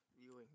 viewing